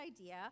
idea